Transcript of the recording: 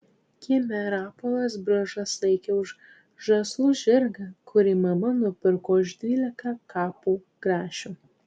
kieme rapolas bružas laikė už žąslų žirgą kurį mama nupirko už dvylika kapų grašių